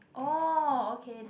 oh okay